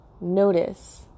notice